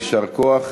יישר כוח.